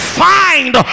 find